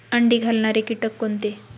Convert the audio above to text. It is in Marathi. अंडी घालणारे किटक कोणते?